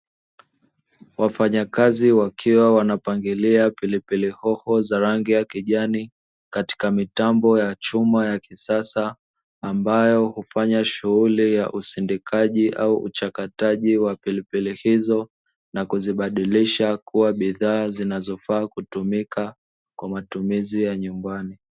Wafanyakazi wakiwa wanapangilia pilipili hoho za rangi ya kijani katika mitambo ya chuma ya kisasa, ambayo hufanya shughuli ya usindikaji au uchakataji wa pilipili hizo, na kuzibadilisha kuwa bidhaa zinazofaa kutumika kwa matumizi ya nyumbani.